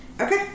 Okay